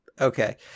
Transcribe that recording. Okay